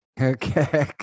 Okay